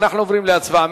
אנחנו עוברים להצבעה.